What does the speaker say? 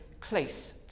close